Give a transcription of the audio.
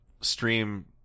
stream